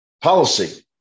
policy